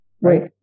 right